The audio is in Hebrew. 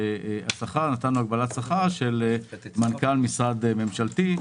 שעשינו הגבלת כר של מנכ"ל משרד ממשלתי,